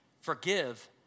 Forgive